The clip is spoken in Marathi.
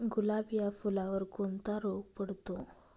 गुलाब या फुलावर कोणता रोग पडतो?